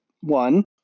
one